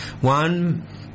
one